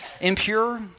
impure